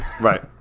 Right